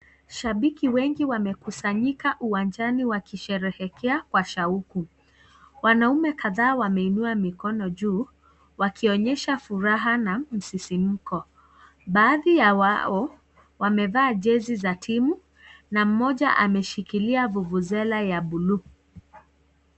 Shabiki wengi wamekusanyika uwanjani wakisheherekea kwa shauku. Wanaume kadhaa wameinua mikono juu, wakionyesha furaha na msisimko. Baadhi ya wao wamevaa jezi za timu na mmoja ameshikilia vuvuzela ya bluu.